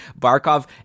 Barkov